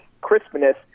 crispness